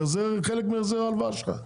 זה חלק מהחזר ההלוואה שלך.